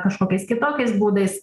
kažkokiais kitokiais būdais